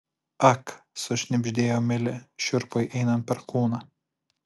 ak sušnibždėjo milė šiurpui einant per kūną